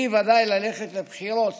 וודאי בלי ללכת לבחירות